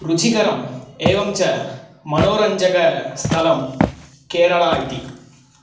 रुचिकरम् एवञ्च मनोरञ्जकस्थलं केरला इति